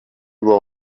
über